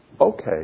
okay